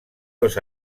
los